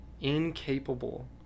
incapable